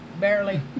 barely